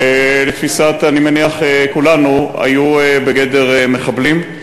שלתפיסת כולנו, אני מניח, היו בגדר מחבלים.